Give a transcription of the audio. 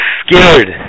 scared